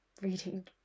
reading